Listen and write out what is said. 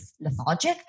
lethargic